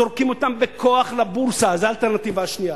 זורקים אותם בכוח לבורסה, זו האלטרנטיבה השנייה.